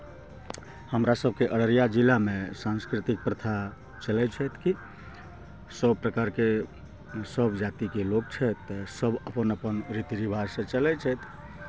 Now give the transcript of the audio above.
हमरा सभके अररिया जिलामे सांस्कृतिक प्रथा चलै छथि की सभ प्रकारके सभ जातिके लोक छथि तऽ सभ अपन अपन रीति रिवाजसँ चलै छथि